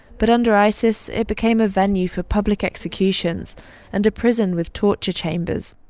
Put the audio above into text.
but under isis, it became a venue for public executions and a prison with torture chambers.